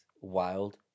wild